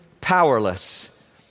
powerless